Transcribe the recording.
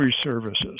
services